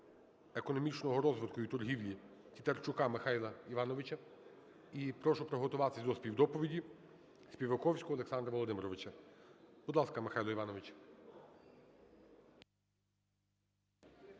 економічного розвитку і торгівлі Тітарчука Михайла Івановича. І прошу приготуватись до співдоповіді Співаковського Олександра Володимировича. Будь ласка, Михайле Івановичу.